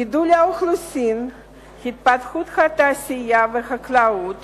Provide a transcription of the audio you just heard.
גידול האוכלוסין והתפתחות התעשייה והחקלאות